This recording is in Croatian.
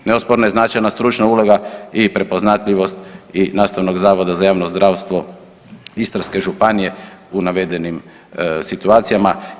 Neosporna je značajna stručna uloga i prepoznatljivost i Nastavnog zavoda za javno zdravstvo Istarske županije u navedenim situacijama.